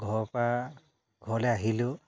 ঘৰৰ পৰা ঘৰলৈ আহিলেও